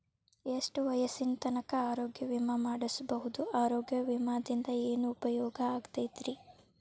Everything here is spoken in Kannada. ಎಷ್ಟ ವಯಸ್ಸಿನ ತನಕ ಆರೋಗ್ಯ ವಿಮಾ ಮಾಡಸಬಹುದು ಆರೋಗ್ಯ ವಿಮಾದಿಂದ ಏನು ಉಪಯೋಗ ಆಗತೈತ್ರಿ?